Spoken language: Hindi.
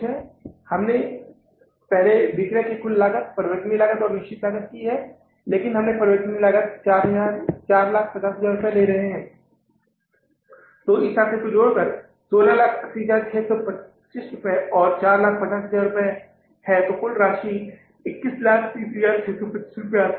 पहले हमने विक्रय लागत कुल परिवर्तनीय और निश्चित की है लेकिन अब हम केवल परिवर्तनीय लागत 450000 रुपये ले रहे हैं इसे इस आंकड़े में जोड़कर 1680625 और 450000 रुपये हैं यह कुल राशि 2130625 है